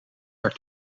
haar